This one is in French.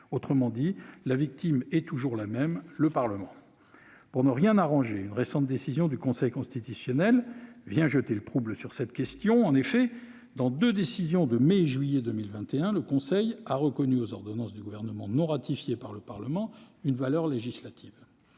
Autrement dit, la victime est toujours la même victime : le Parlement ! Pour ne rien arranger, une récente décision du Conseil constitutionnel vient jeter le trouble sur cette question. En effet, dans deux décisions de mai et juillet 2021, le Conseil a reconnu une valeur législative aux ordonnances du Gouvernement non ratifiées par le Parlement, ce qui n'est